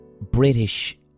British